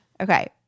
Okay